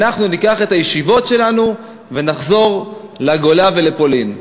אנחנו ניקח את הישיבות שלנו ונחזור לגולה, לפולין.